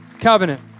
Covenant